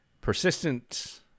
persistent